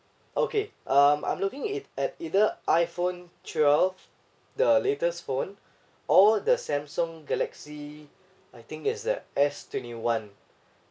okay um I'm looking it at either iphone twelve the latest phone or the samsung galaxy I think is that S twenty one